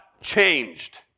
changed